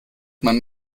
man